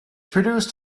produced